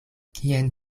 kien